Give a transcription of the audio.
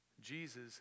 Jesus